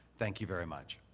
thank you very much.